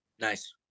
Nice